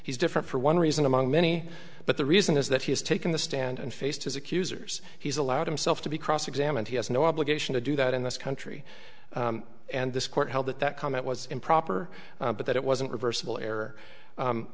he's different for one reason among many but the reason is that he is taking the stand and faced his accusers he's allowed himself to be cross examined he has no obligation to do that in this country and this court held that that comment was improper but that it wasn't reversible